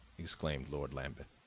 exclaimed lord lambeth.